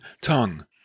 tongue